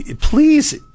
please